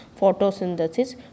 photosynthesis